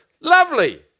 Lovely